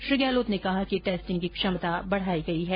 श्री गहलोत ने कहा कि टेस्टिंग की क्षमता बढाई गई है